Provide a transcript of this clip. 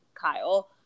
Kyle